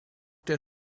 der